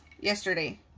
yesterday